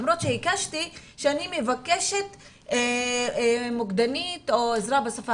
למרות שהקשתי שאני מבקשת מוקדנית או עזרה בשפה